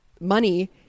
money